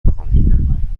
میخام